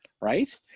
right